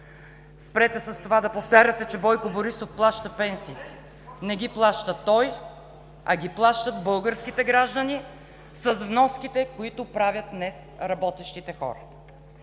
Спрете с това да повтаряте, че Бойко Борисов плаща пенсиите. Не ги плаща той, а ги плащат българските граждани с вноските, които правят днес работещите хора.